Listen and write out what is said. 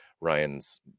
Ryan's